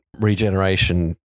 regeneration